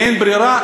מאין ברירה,